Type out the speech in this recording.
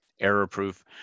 error-proof